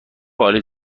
عالی